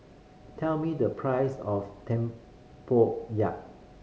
tell me the price of tempoyak